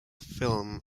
film